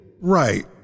Right